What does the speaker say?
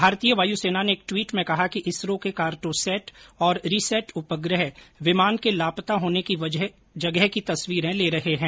भारतीय वायुसेना ने एक ट्वीट में कहा कि इसरो के कार्टोसैट और रिसैट उपग्रह विमान के लापता होने की जगह की तस्वीरे ले रहे हैं